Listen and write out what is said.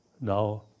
now